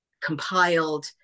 compiled